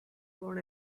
born